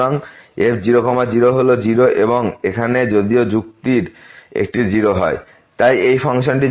সুতরাং f 0 0 হল 0 এবং এখানে যদি যুক্তির একটি 0 হয়